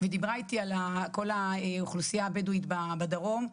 ודיברה איתי על כל האוכלוסייה הבדואית בדרום,